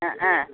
ஆ ஆ